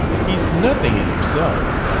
he's nothing in himself.